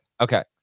Okay